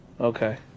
Okay